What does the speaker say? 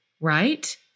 right